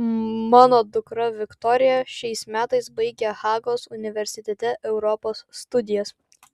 mano dukra viktorija šiais metais baigia hagos universitete europos studijas